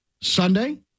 Sunday